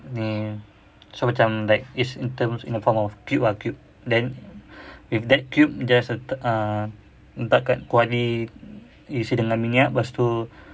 ya so macam like it's in terms in the form of cube ah cube then with that cube just ah letak kat kuali isi dengan minyak lepas tu